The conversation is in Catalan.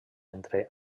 entre